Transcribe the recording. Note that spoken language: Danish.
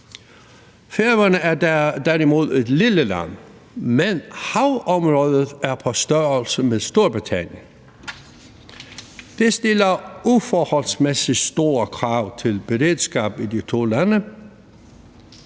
Færøerne er derimod et lille land, men havområdet er på størrelse med Storbritannien. Det stiller uforholdsmæssig store krav til beredskabet i de to lande.